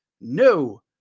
No